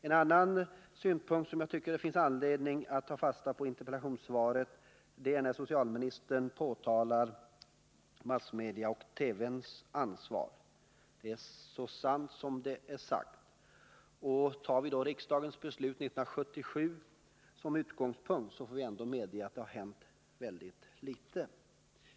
En annan synpunkt i interpellationssvaret som jag tycker att det finns anledning att ta fasta på är socialministerns framhållande av massmedias och bl.a. televisionens ansvar. Att massmedia har ett stort ansvar är så sant som det är sagt. Tar vi riksdagens beslut 1977 som utgångspunkt får vi konstatera att det har hänt ytterst litet.